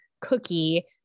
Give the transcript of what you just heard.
cookie